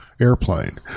airplane